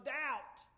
doubt